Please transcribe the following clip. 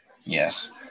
Yes